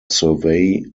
survey